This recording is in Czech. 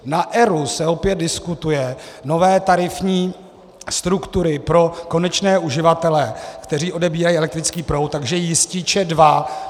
Na ERÚ se opět diskutují nové tarifní struktury pro konečné uživatele, kteří odebírají elektrický proud, takže jističe dva.